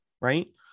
right